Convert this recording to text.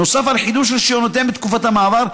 נוסף על חידוש רישיונותיהם בתקופת המעבר,